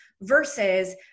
versus